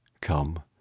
come